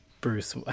bruce